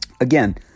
Again